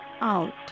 out